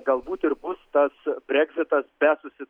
galbūt ir bus tas breksitas be susi